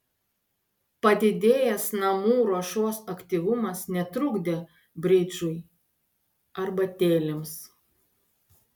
padidėjęs namų ruošos aktyvumas netrukdė bridžui arbatėlėms